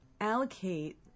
allocate